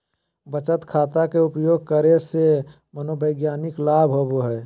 बचत खाता के उपयोग करे से मनोवैज्ञानिक लाभ होबो हइ